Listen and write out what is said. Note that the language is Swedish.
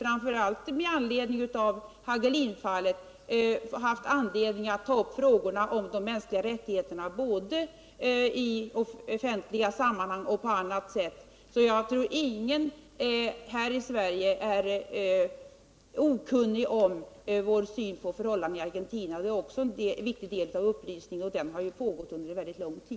Framför allt har vi i samband med Hagelinfallet haft anledning att ta upp frågorna om de mänskliga rättigheterna, både i offentliga sammanhang och på annat sätt. Jag tror inte att någon här i Sverige är okunnig om vår syn på förhållandena i Argentina. Också det är en viktig del av vår upplysningsverksamhet, och denna har pågått under mycket lång tid.